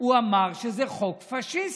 הוא אמר שהוא חוק פשיסטי?